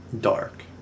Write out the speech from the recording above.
Dark